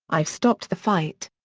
i've stopped the fight.